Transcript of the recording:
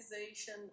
organization